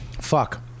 fuck